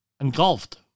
engulfed